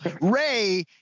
Ray